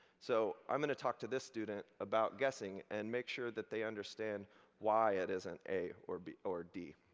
so, i'm going to talk to this student about guessing, and make sure that they understand why it isn't a, or b, or d.